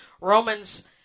Romans